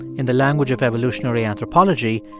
in the language of evolutionary anthropology,